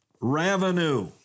revenue